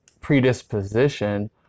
predisposition